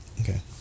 Okay